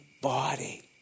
body